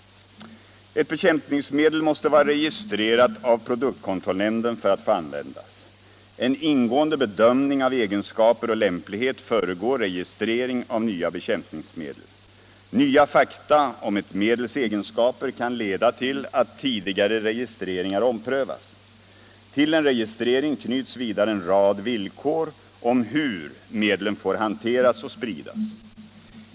Ett bekämpningsmedel måste vara registrerat av produktkontrollnämnden för att få användas. En ingående bedömning av egenskaper och lämplighet föregår registrering av nya bekämpningsmedel. Nya fakta om ett medels egenskaper kan leda till att tidigare registreringar omprövas. Till en registrering knyts vidare en rad villkor om hur medlen får hanteras och spridas.